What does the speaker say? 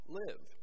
live